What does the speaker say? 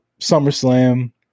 SummerSlam